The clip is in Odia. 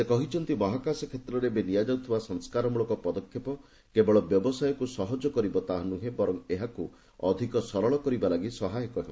ସେ କହିଛନ୍ତି ମହାକାଶ କ୍ଷେତ୍ରରେ ଏବେ ନିଆଯାଉଥିବା ସଂସ୍କାରମ୍ବଳକ ପଦକ୍ଷେପ କେବଳ ବ୍ୟବସାୟକ୍ର ସହଜ କରିବ ତାହାନ୍ରହେଁ ବରଂ ଏହାକୁ ଅଧିକ ସରଳ କରିବା ଲାଗି ସହାୟକ ହେବ